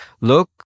look